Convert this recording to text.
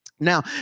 now